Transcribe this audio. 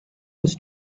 was